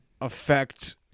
affect